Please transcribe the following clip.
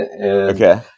Okay